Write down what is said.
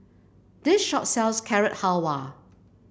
this shop sells Carrot Halwa